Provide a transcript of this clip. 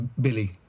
Billy